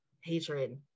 hatred